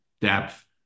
Depth